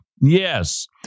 Yes